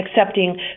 accepting